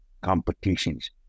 competitions